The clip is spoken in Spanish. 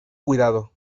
cuidado